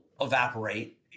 evaporate